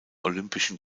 olympischen